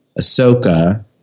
Ahsoka